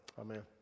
Amen